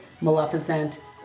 Maleficent